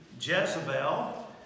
Jezebel